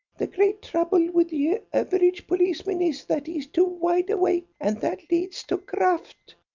the great trouble with the average policeman is that he's too wide-awake, and that leads to graft.